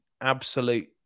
absolute